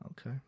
Okay